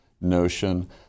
notion